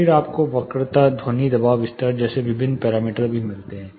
फिर आपको वक्रता ध्वनि दबाव स्तर जैसे विभिन्न पैरामीटर भी मिलते हैं